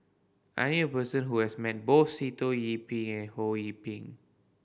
I knew a person who has met both Sitoh Yih Pin and Ho Yee Ping